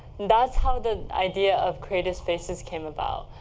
that's how the idea of creative spaces came about.